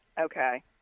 Okay